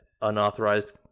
Unauthorized